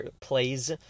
plays